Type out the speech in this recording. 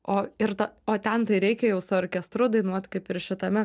o ir o ten tai reikia jau su orkestru dainuot kaip ir šitame